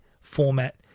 format